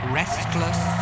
restless